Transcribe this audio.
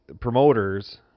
promoters